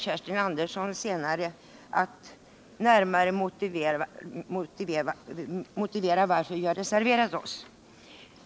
Kerstin Andersson i Kumla kommer senare att närmare motivera den.